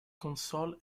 console